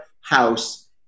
house